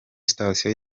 sitasiyo